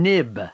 Nib